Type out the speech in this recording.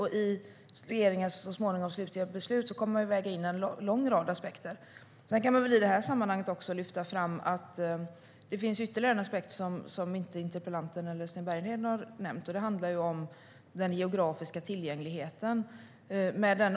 Och i regeringens så småningom slutliga beslut kommer vi att väga in en lång rad aspekter. Det finns ytterligare en aspekt som inte interpellanten och Sten Bergheden nämnt, och det är den geografiska tillgängligheten.